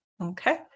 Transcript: Okay